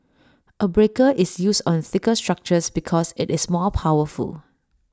A breaker is used on thicker structures because IT is more powerful